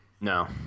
No